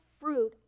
fruit